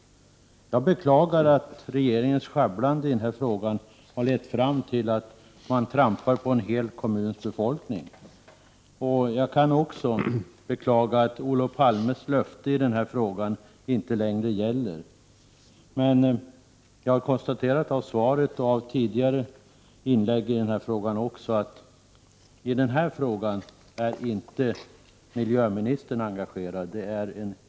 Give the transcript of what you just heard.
Jag beklagar att regeringens sjabblande i denna fråga har gjort att man så att säga trampar på en hel kommuns befolkning. Vidare beklagar jag att Olof Palmes löfte i detta sammanhang inte längre gäller. Av svaret och även av tidigare inlägg i den här frågan att döma konstaterar jag att miljöministern inte är engagerad i frågan.